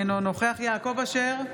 אינו נוכח יעקב אשר,